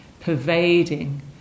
pervading